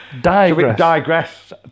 digress